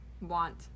Want